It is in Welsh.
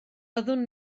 byddwn